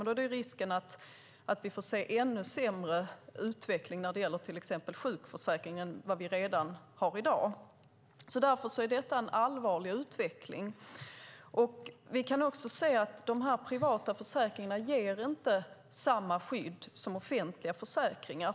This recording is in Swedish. Då är risken att vi får ännu sämre utveckling när det gäller till exempel sjukförsäkring än vad vi redan har i dag. Därför är detta en allvarlig utveckling. Vi kan också se att de privata försäkringarna inte ger samma skydd som offentliga försäkringar.